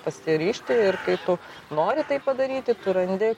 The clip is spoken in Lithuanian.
pasiryžti ir kai tu nori tai padaryti tu randi